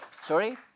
Sorry